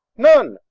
none!